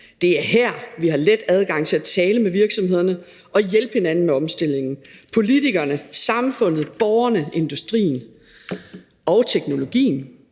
Det er her, vi har let adgang til at tale med virksomhederne og hjælpe hinanden med omstillingen – politikerne, samfundet, borgerne, industrien og teknologien.